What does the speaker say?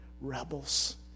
rebels